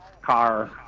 car